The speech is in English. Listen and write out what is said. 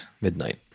midnight